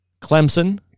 Clemson